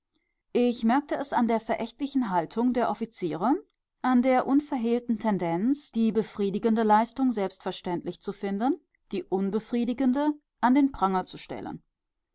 ich merkte es an der verächtlichen haltung der offiziere an der unverhehlten tendenz die befriedigende leistung selbstverständlich zu finden die unbefriedigende an den pranger zu stellen